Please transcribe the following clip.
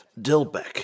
Dilbeck